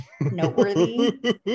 noteworthy